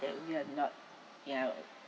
that we are not